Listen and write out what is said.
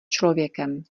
člověkem